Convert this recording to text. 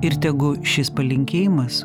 ir tegu šis palinkėjimas